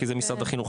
זה משרד החינוך,